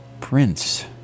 Prince